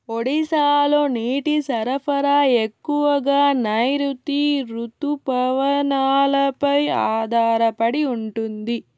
ఒడిశాలో నీటి సరఫరా ఎక్కువగా నైరుతి రుతుపవనాలపై ఆధారపడి ఉంటుంది